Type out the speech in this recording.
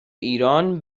ایران